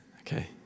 okay